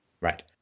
right